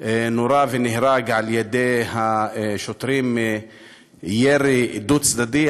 נורה ונהרג על-ידי השוטרים מירי דו-צדדי,